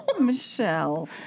Michelle